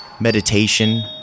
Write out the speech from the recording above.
meditation